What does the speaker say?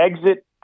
exit